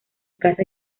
casa